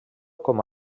com